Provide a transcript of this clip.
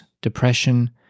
depression